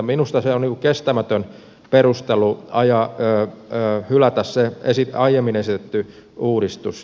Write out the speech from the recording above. minusta on kestämätön perustelu hylätä se aiemmin esitetty uudistus